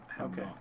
Okay